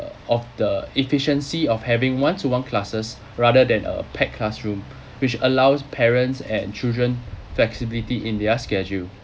of the efficiency of having one to one classes rather than a packed classroom which allows parents and children flexibility in their schedule